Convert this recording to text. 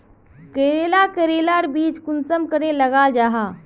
करेला करेलार बीज कुंसम करे लगा जाहा?